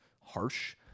harsh